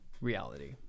reality